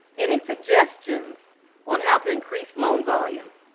any suggestions on how to increase loan volume?